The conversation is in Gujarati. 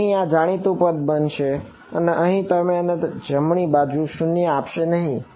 તેથી અહીં આ જાણીતું પદ બનશે અને અહીં તે મને જમણી બાજુ શૂન્ય આપશે નહિ